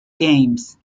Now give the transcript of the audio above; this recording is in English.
games